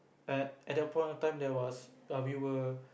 at at that point of time there was err we were